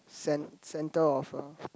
cen~ centre of a